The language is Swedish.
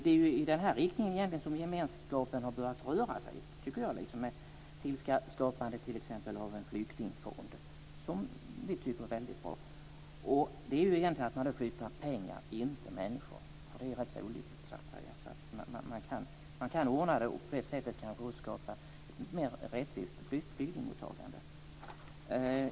Det är i den här riktningen som gemenskapen har börjat röra sig, tycker jag, t.ex. med tillskapande av en flyktingfond. Det tycker vi är väldigt bra. Det innebär egentligen att man flyttar pengar, inte människor. Det är ju rätt så olyckligt. Man kan alltså ordna det och på det sättet kanske också skapa ett mer rättvist flyktingmottagande.